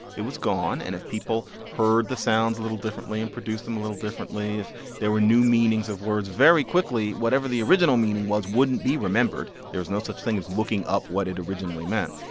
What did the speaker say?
it was gone. and if people heard the sounds a little differently and produced them a little differently, if there were new meanings of words very quickly whatever the original meaning was wouldn't be remembered. there was no such thing as looking up what it originally meant.